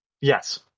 Yes